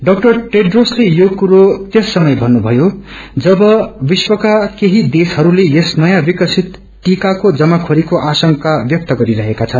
श्री टेड्रोसले योकुरो त्यस समय भन्नुभएको हो जब विश्वका केही देशहरूले यस नयाँविकसित टिक्रको जमाखेरीको आशंका व्यक्त गरेका छन्